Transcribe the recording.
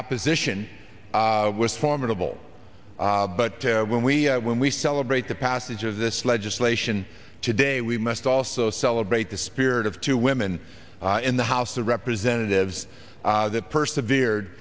opposition was formidable but when we when we celebrate the passage of this legislation today we must also celebrate the spirit of two women in the house of representatives that persevered